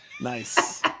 nice